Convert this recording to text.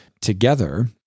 together